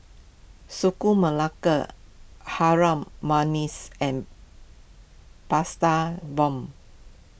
Sagu Melaka Harum Manis and pasta Bomb